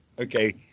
Okay